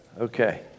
Okay